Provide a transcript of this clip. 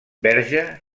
verge